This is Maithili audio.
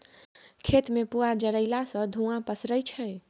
खेत मे पुआर जरएला सँ धुंआ पसरय छै